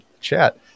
Chat